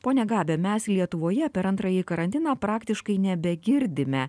ponia gabe mes lietuvoje per antrąjį karantiną praktiškai nebegirdime